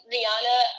Rihanna